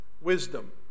wisdom